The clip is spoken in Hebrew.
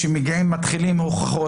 כשמתחילים הוכחות,